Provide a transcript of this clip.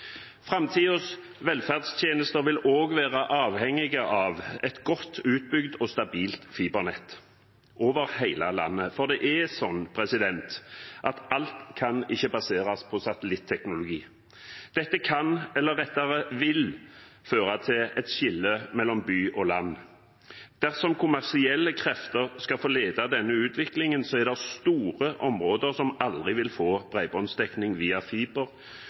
velferdstjenester vil også være avhengige av et godt utbygd og stabilt fibernett over hele landet, for alt kan ikke baseres på satellitteknologi. Dette kan – eller rettere vil – føre til et skille mellom by og land. Dersom kommersielle krefter skal få lede denne utviklingen, er det store områder som aldri vil få bredbåndsdekning via fiber,